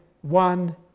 one